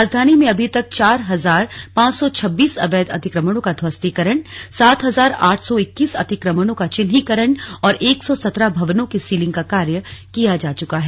राजधानी में अभी तक चार हजार पांच सौ छब्बीस अवैध अतिक्रमणों का ध्वस्तीकरण सात हजार आठ सौ इक्कीस अतिक्रमणों का चिन्हीकरण और एक सौ सत्रह भवनों के सीलिंग का कार्य किया जा चुका है